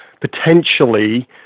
potentially